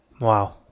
wow